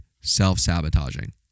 self-sabotaging